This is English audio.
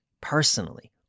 personally